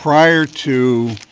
prior to